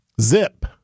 zip